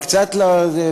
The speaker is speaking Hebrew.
וקצת לזה,